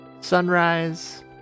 Sunrise